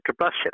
combustion